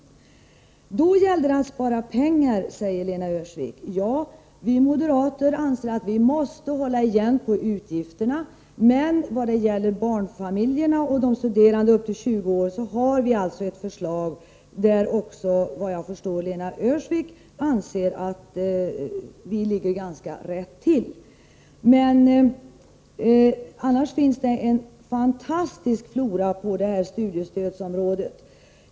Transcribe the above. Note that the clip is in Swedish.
Då gäller det att spara pengar, sade Lena Öhrsvik. Ja, vi moderater anser att vi måste hålla igen på utgifterna, men med avseende på barnfamiljerna och de studerande i åldrarna upp till 20 år har vi ett förslag som, såvitt jag förstår, också Lena Öhrsvik anser är ganska bra. Annars finns det en fantastisk flora på studiestödsområdet.